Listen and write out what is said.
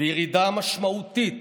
וירידה משמעותית